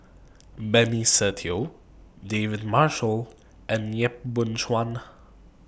Benny Se Teo David Marshall and Yap Boon Chuan